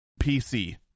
PC